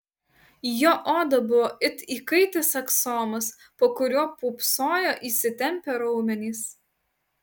jo oda buvo it įkaitęs aksomas po kuriuo pūpsojo įsitempę raumenys